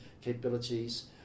capabilities